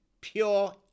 Pure